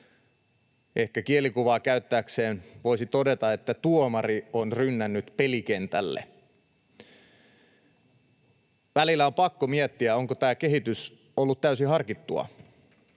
Ehkä kielikuvaa käyttääkseen voisi todeta, että tuomari on rynnännyt pelikentälle. Välillä on pakko miettiä, onko tämä kehitys ollut täysin harkittua.